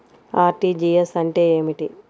RTGS అంటే ఏమిటి?